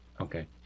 Okay